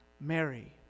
Mary